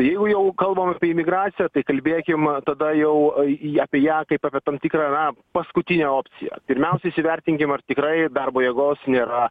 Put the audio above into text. jeigu jau kalbam apie imigraciją tai kalbėkim tada jau į apie ją kaip apie tam tikrą na paskutinę opciją pirmiausia įvertinkim ar tikrai darbo jėgos nėra